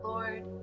Lord